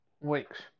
weeks